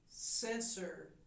censor